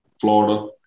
Florida